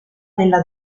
della